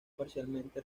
parcialmente